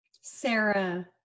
Sarah